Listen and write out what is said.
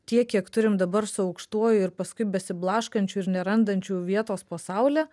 tiek kiek turim dabar su aukštuoju ir paskui besiblaškančių ir nerandančių vietos po saule